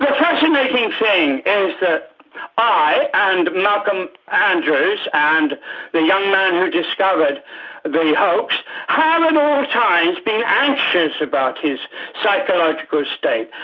ah fascinating thing is and that i and malcolm andrews and the young man who discovered the hoax have at all times been anxious about his psychological state.